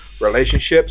relationships